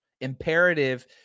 imperative